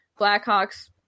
Blackhawks